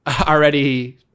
already